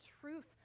truth